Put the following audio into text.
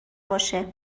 باشه